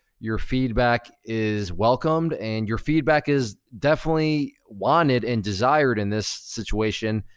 your feedback is welcomed and your feedback is definitely wanted and desired in this situation,